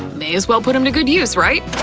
may as well put them to good use, right?